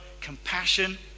compassion